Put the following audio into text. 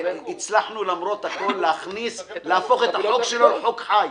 שהצלחנו למרות הכול להפוך את הצעת החוק שלו לחוק חי.